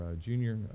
junior